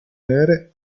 nere